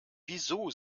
wieso